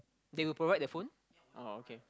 they would provide the phone oh okay